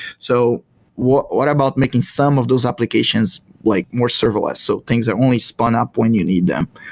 so what what about making some of those applications, like more serverless? so things that only spun up when you need them.